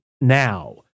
now